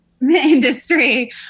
industry